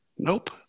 nope